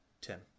Tim